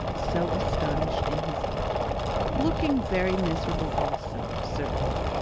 so astonished in his life looking very miserable also, certainly,